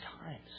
times